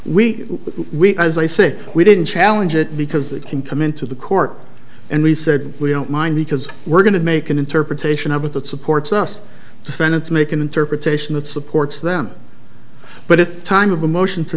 we we as i say we didn't challenge it because it can come into the court and we said we don't mind because we're going to make an interpretation of it that supports us defendants make an interpretation that supports them but it time of a motion